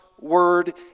Word